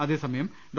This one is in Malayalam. അതേസമയം ഡോ